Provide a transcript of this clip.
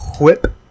Whip